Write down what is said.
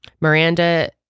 Miranda